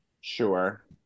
Sure